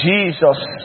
Jesus